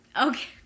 Okay